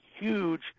huge